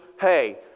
hey